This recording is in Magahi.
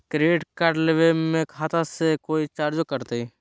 क्रेडिट कार्ड लेवे में खाता से कोई चार्जो कटतई?